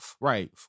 Right